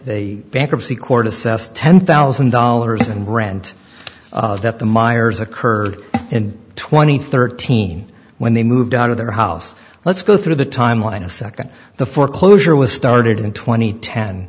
a bankruptcy court assessed ten thousand dollars in rent that the meiers occurred in twenty thirteen when they moved out of their house let's go through the timeline a second the foreclosure was started in tw